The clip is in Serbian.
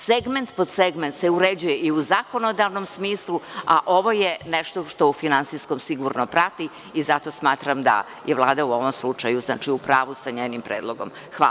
Segment po segment se uređuje i u zakonodavnom smislu, a ovo je nešto što u finansijskom sigurno prati i zato smatram da je Vlada u ovom slučaju upravu za njenim predlogom.